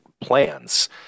plans